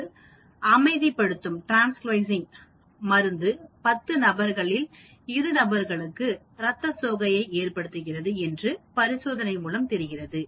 ஒரு அமைதிப்படுத்தும்மருந்து பத்து நபர்களில் இரு நபர்களுக்கு ரத்தசோகை ஏற்படுகிறது என்று பரிசோதனை மூலம் தெரிகிறது